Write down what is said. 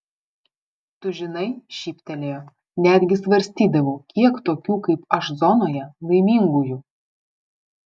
tu žinai šyptelėjo netgi svarstydavau kiek tokių kaip aš zonoje laimingųjų